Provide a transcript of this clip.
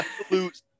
absolute